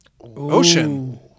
Ocean